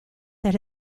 that